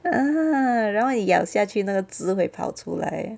ah 然后你咬下去那个汁会跑出来